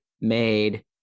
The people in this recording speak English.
made